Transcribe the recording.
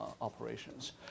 operations